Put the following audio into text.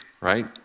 right